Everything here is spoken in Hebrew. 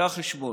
זה החשבון.